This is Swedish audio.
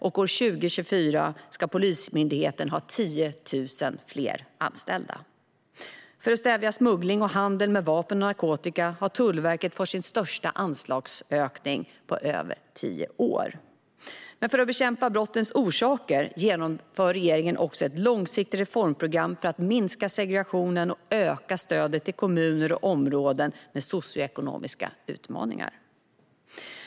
År 2024 ska Polismyndigheten ha 10 000 fler anställda. För att stävja smuggling och handel med vapen och narkotika har Tullverket fått sin största anslagsökning på över tio år. För att bekämpa brottets orsaker genomför regeringen också ett långsiktigt reformprogram för att minska segregationen och öka stödet till kommuner och områden med socioekonomiska utmaningar.